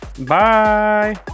Bye